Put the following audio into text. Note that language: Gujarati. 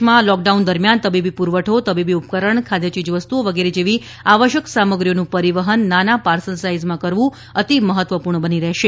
દેશમાં લોકડાઉન દરમિયાન તબીબી પુરવઠો તબીબી ઉપકરણ ખાદ્ય ચીજવસ્તુઓ વગેરે જેવી આવશ્યક સામગ્રીઓનું પરિવહન નાનાં પાર્સલ સાઇઝમાં કરવું અતિ મહત્વપૂર્ણ બની રહેશે